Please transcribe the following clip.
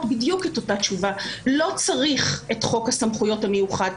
בדיוק את אותה תשובה: לא צריך את חוק הסמכויות המיוחד,